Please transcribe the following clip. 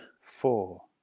Four